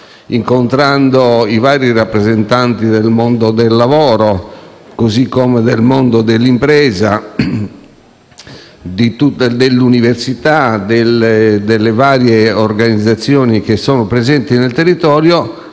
incontrando i vari rappresentanti del mondo del lavoro, così come del mondo dell'impresa, dell'università e delle varie organizzazioni che sono presenti nel territorio,